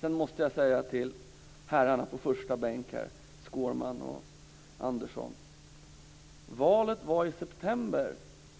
Jag måste vända mig till herrarna Skårman och Andersson på första bänk. Valet var i september.